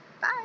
Bye